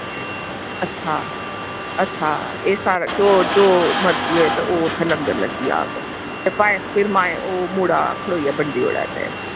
अच्छा अच्छा एह् सारा जो मर्जी होऐ ते ओह् इत्थें लंगर लग्गी जाये ते फिर भांऐं ओह् मुढ़ा खड़ोइयै बंडी ओड़े ते